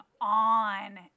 on